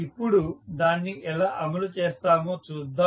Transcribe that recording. ఇప్పుడు దాన్ని ఎలా అమలు చేస్తామో చూద్దాం